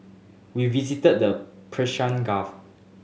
we visited the Persian Gulf